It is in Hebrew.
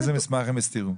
איזה מסמך הם הסתירו?